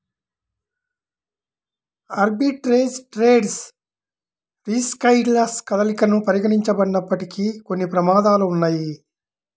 arbitrage trades riskless కదలికలను పరిగణించబడినప్పటికీ, కొన్ని ప్రమాదాలు ఉన్నయ్యి